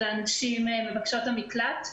אלו הנשים מבקשות המקלט.